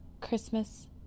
Christmas